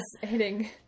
hitting